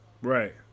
Right